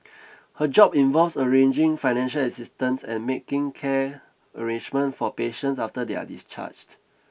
her job involves arranging financial assistance and making care arrangements for patients after they are discharged